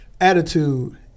attitude